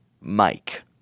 Mike